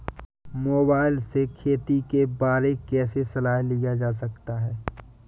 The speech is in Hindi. मोबाइल से खेती के बारे कैसे सलाह लिया जा सकता है?